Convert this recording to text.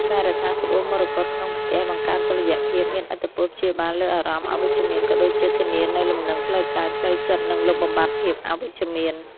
ការរក្សាត្បូងមរកតក្នុងផ្ទះ បង្កើនតុល្យភាព មានឥទ្ធិពលព្យាបាលលើអារម្មណ៍អវិជ្ជមាន ក៏ដូចជាធានានូវលំនឹងផ្លូវកាយផ្លូវចិត្ត និង លុបបំបាត់ភាពអវិជ្ជមាន។